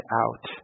out